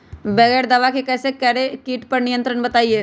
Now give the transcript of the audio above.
बगैर दवा के कैसे करें कीट पर नियंत्रण बताइए?